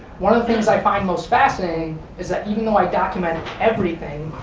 one of the things i find most fascinating is that even though i document everything,